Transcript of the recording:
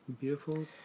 beautiful